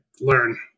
learn